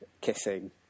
Kissing